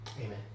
amen